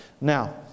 Now